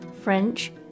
French